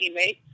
teammate